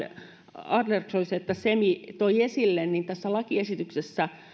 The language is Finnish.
adlercreutz että semi toivat esille tässä lakiesityksessä